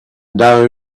know